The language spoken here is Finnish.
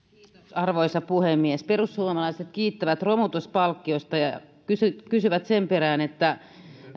arvoisa puhemies perussuomalaiset kiittävät romutuspalkkiosta ja kysyvät sen perään